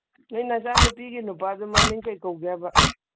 ꯅꯣꯏ ꯅꯆꯥꯅꯨꯄꯤ ꯅꯨꯄꯥꯗꯨꯅ ꯃꯃꯤꯡ ꯀꯩ ꯀꯧꯒꯦ ꯍꯥꯏꯕ